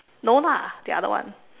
no lah the other one